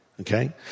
Okay